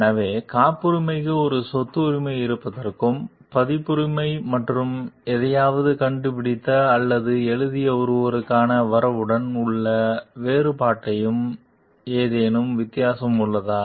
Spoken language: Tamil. எனவே காப்புரிமைக்கு ஒரு சொத்து உரிமை இருப்பதற்கும் பதிப்புரிமை மற்றும் எதையாவது கண்டுபிடித்த அல்லது எழுதிய ஒருவருக்கான வரவுடன் உள்ள வேறுபாட்டிற்கும் ஏதேனும் வித்தியாசம் உள்ளதா